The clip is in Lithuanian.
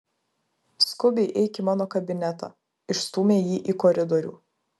skubiai eik į mano kabinetą išstūmė jį į koridorių